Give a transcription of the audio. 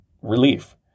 relief